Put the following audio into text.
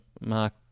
Mark